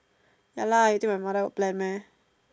ya lah you think my mother will plan meh